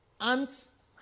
ants